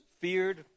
feared